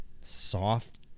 soft